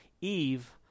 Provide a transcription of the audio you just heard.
Eve